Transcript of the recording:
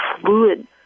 fluid